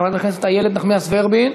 חברת הכנסת איילת נחמיאס ורבין,